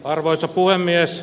arvoisa puhemies